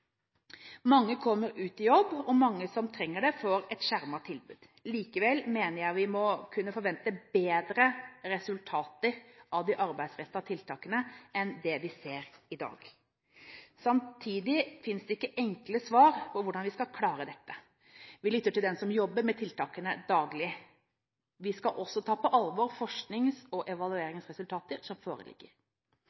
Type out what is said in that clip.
Mange kommer ut i jobb, og mange som trenger det, får et skjermet tilbud. Likevel mener jeg vi må kunne forvente bedre resultater av de arbeidsrettede tiltakene enn det vi ser i dag. Samtidig finnes det ikke enkle svar på hvordan vi skal klare dette. Vi lytter til dem som jobber med tiltakene til daglig. Vi skal også ta på alvor forsknings- og